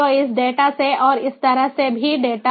तो इस डेटा से और इस तरह से भी डेटा